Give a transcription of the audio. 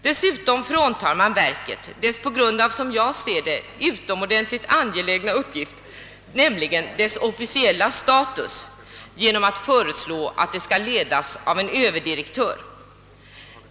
Dessutom fråntar man verket, trots dess utomordentligt viktiga uppgift, en del av dess officiella status genom att föreslå att det skall ledas av en Ööverdirektör.